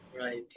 right